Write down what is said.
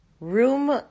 room